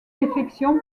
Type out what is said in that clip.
défection